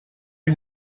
que